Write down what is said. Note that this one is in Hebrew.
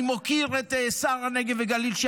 אני מוקיר את שר הנגב והגליל,